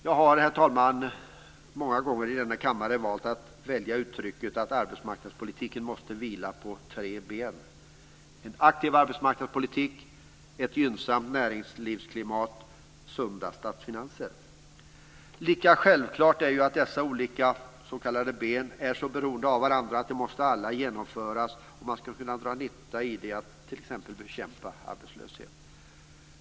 Jag har, herr talman, många gånger i denna kammare valt att använda uttrycket att arbetsmarknadspolitiken måste vila på tre ben: - En aktiv arbetsmarknadspolitik. - Ett gynnsamt näringslivsklimat. - Sunda statsfinanser. Lika självklart är att dessa s.k. ben är så beroende av varandra att de alla måste genomföras om man ska kunna dra nytta av dem när det gäller att t.ex. bekämpa arbetslöshet.